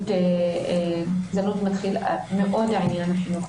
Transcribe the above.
גזענות זה עניין חינוכי.